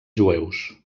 jueus